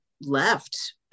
left